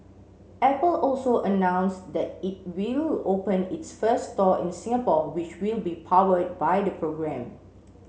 apple also announced that it will open its first store in Singapore which will be powered by the programme